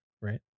right